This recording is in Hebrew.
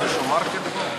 ואני אמשיך להיות ראש הממשלה.